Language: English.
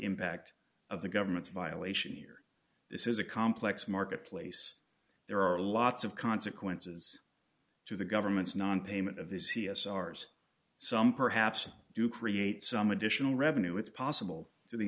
impact of the government's violation here this is a complex marketplace there are lots of consequences to the government's nonpayment of the c s r s some perhaps do create some additional revenue it's possible to the